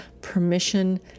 permission